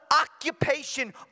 occupation